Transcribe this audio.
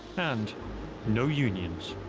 and no unions.